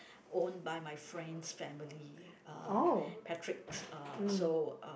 owned by my friend's family uh Patrick uh so